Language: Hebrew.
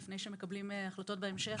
לפני שמקבלים החלטות בהמשך,